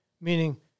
meaning